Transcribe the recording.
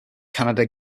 canada